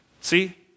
See